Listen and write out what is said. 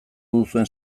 duzuen